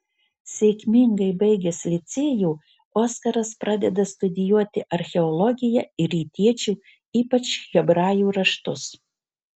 sėkmingai baigęs licėjų oskaras pradeda studijuoti archeologiją ir rytiečių ypač hebrajų raštus